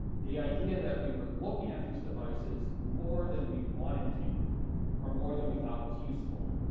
the idea that we were looking at these devices more than we wanted to or more than we thought was useful.